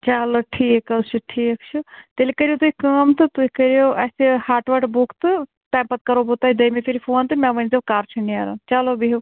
چلو ٹھیٖک حظ چھُ ٹھیٖک چھُ تیٚلہِ کٔریٛو تُہۍ کٲم تہٕ تُہۍ کٔریٛو اسہِ ہَٹ وَٹ بُک تہٕ تَمہِ پتہٕ کَرو بہٕ تۄہہِ دوٚیمہِ پھِرِ فون تہٕ مےٚ ؤنۍ زیٛو کر چھُ نیرُن چلو بہیٛو